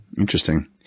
interesting